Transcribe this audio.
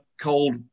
cold